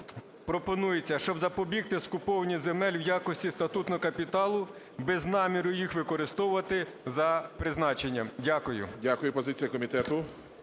пропонується, щоб запобігти скуповуванню земель в якості статутного капіталу без наміру їх використовувати за призначенням. ГОЛОВУЮЧИЙ. Дякую. Позиція комітету.